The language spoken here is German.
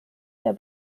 der